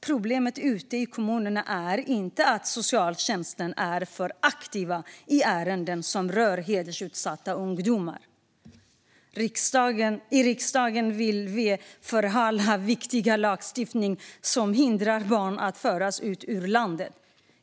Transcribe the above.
Problemet ute i kommunerna är inte att socialtjänsten är för aktiv i ärenden som rör hedersutsatta ungdomar. I riksdagen vill V förhala viktig lagstiftning som förhindrar att barn förs ut ur landet.